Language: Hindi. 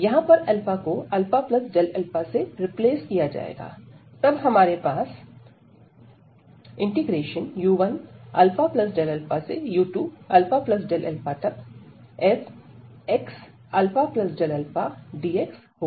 यहां पर को α से रिप्लेस किया जाएगा तब हमारे पास u1αu2αfxαdx होगा